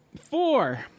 four